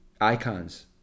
icons